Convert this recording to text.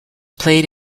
played